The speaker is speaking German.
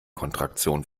kontraktion